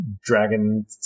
dragon